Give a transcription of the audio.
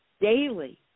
daily